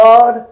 God